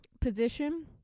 position